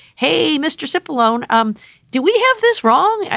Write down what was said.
hey, mr. sip alone. um do we have this wrong? yeah